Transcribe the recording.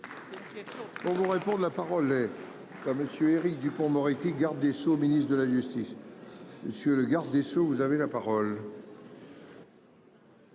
On nous répond, la parole est comme monsieur Éric Dupond-Moretti Garde des Sceaux, ministre de la justice. Monsieur le garde des Sceaux, vous avez la parole.